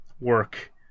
work